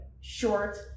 short